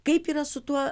kaip yra su tuo